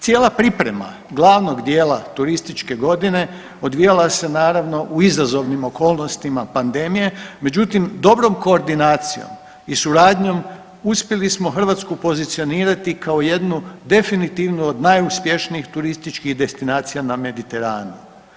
Cijela priprema glavnog dijela turističke godine odvijala se naravno u izazovnim okolnostima pandemije, međutim dobrom koordinacijom i suradnjom uspjeli smo Hrvatsku pozicionirati kao jednu definitivnu od najuspješnijih turističkih destinacija na Mediteranu.